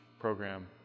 program